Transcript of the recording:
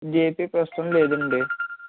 JP ప్రస్తుతం లేదండి